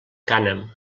cànem